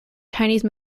chinese